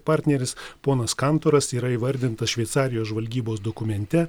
partneris ponas kantoras yra įvardintas šveicarijos žvalgybos dokumente